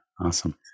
Awesome